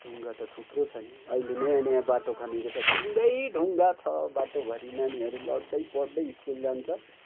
ढुङ्गा त थुप्रो छ नि अहिले नयाँ नयाँ बाटो खनेको छ ढुङ्गै ढुङ्गा छ बाटोभरि नानीहरू लड्दै पढ्दै स्कुल जान्छ